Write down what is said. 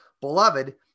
beloved